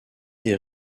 des